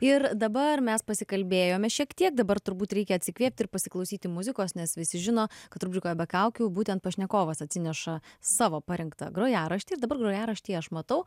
ir dabar mes pasikalbėjome šiek tiek dabar turbūt reikia atsikvėpti ir pasiklausyti muzikos nes visi žino kad rubrikoj be kaukių būtent pašnekovas atsineša savo parinktą grojaraštį ir dabar grojaraštyje aš matau